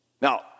Now